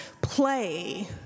play